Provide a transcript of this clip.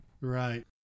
right